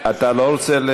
אתה לא רוצה?